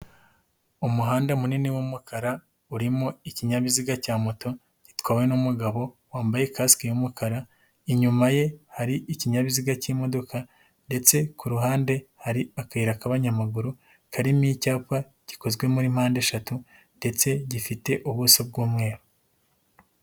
Umuhanda munini w'umukara urimo ikinyabiziga cya moto gitwawe n'umugabo wambaye kasike y'umukara, inyuma ye hari ikinyabiziga cy'imodoka ndetse ku ruhande hari akayira k'abanyamaguru karimo icyapa gikozwe muri mpande eshatu ndetse gifite ubuso bw'umweru.